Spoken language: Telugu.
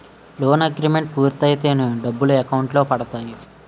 లోన్ అగ్రిమెంట్ పూర్తయితేనే డబ్బులు అకౌంట్ లో పడతాయి